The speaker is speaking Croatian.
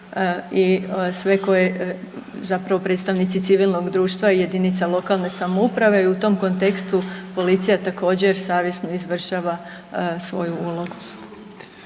i sve koje zapravo koje predstavnici civilnog društva i jedinice lokalne samouprave i u tom kontekstu policija također savjesno izvršava svoju ulogu.